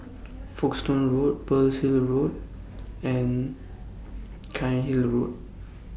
Folkestone Road Pearl's Hill Road and Cairnhill Road